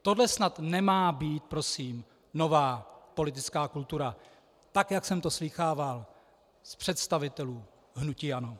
Tohle snad nemá být prosím nová politická kultura, tak jak jsem to slýchával od představitelů hnutí ANO.